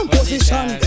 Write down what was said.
Position